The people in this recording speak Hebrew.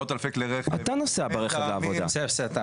אני רוצה להקריא באופן מדוקדק מיהם החברים שיושבים שם.